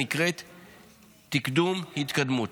הנקראת "תקאדום" התקדמות,